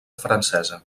francesa